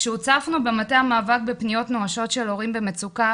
כשהוצפנו במטה המאבק בפניות נואשות של הורים במצוקה,